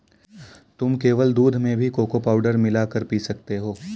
तुम केवल दूध में भी कोको पाउडर मिला कर पी सकते हो